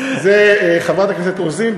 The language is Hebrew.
חברת הכנסת רוזין,